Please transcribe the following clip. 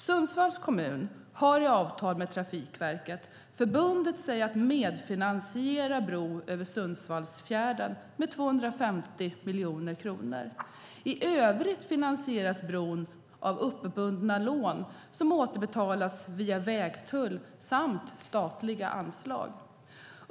Sundsvalls kommun har i avtal med Trafikverket förbundit sig att medfinansiera bro över Sundsvallsfjärden med 250 miljoner kronor. I övrigt finansieras bron av uppbundna lån som återbetalas via vägtull samt statliga anslag.